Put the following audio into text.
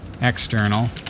external